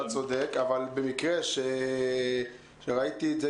אתה צודק, אבל במקרה ראיתי את זה